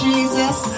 Jesus